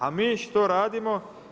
A mi što radimo?